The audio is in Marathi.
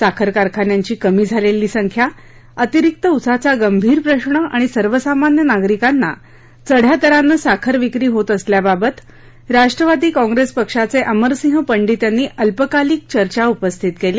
साखर कारखान्यांची कमी झालेली संख्या अतिरिक्त ऊसाचा गंभीर प्रश्न आणि सर्वसामान्य नागरिकांना चढ्या दरानं साखर विक्री होत असल्याबाबत राष्ट्रवादी काँप्रेस पक्षाचे अमरसिंह पंडित यांनी अल्पकालिक चर्चा उपस्थित केली